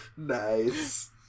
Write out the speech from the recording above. Nice